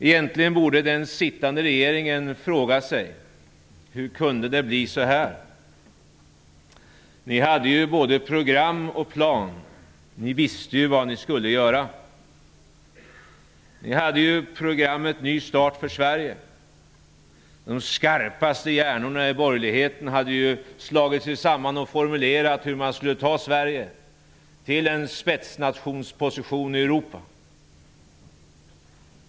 Egentligen borde den sittande regeringen fråga sig: Hur kunde det bli så här? Ni hade ju både program och plan. Ni visste ju vad ni skulle göra. Ni hade ju programmet Ny start för Sverige. De skarpaste hjärnorna i borgerligheten hade slagit sig samman och formulerat hur man skulle ta Sverige till en spetsnationsposition i Europa.